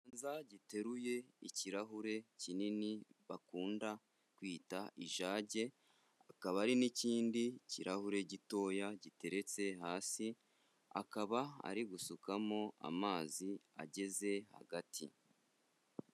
Ikiganza giteruye ikirahure kinini bakunda kwita ijage, hakaba hari n'ikindi kirahure gitoya giteretse hasi, akaba ari gusukamo amazi ageze hagati.